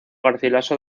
garcilaso